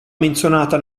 menzionata